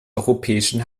europäischen